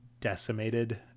decimated